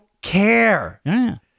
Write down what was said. care